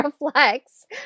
reflects